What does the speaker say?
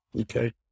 Okay